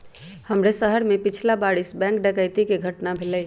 हमरे शहर में पछिला बरिस बैंक डकैती कें घटना भेलइ